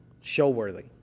Show-worthy